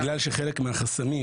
בגלל שחלק מהחסמים,